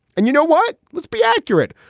and you know what? let's be accurate.